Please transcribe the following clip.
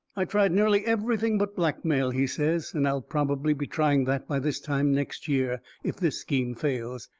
i've tried nearly everything but blackmail, he says, and i'll probably be trying that by this time next year, if this scheme fails.